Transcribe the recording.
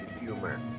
humor